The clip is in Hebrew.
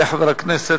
יעלה חבר הכנסת